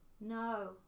no